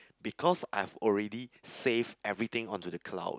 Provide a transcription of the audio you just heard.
because I've already saved everything on to the cloud